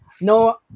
no